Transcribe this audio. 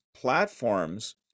platforms